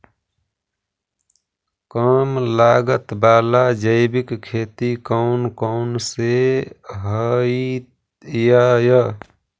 कम लागत वाला जैविक खेती कौन कौन से हईय्य?